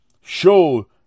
show